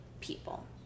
people